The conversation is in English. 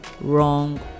wrong